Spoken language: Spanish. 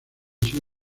así